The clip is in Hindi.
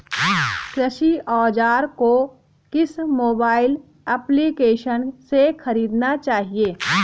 कृषि औज़ार को किस मोबाइल एप्पलीकेशन से ख़रीदना चाहिए?